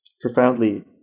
profoundly